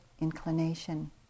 inclination